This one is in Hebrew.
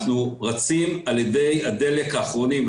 אנחנו רצים על אדי הדלק האחרונים.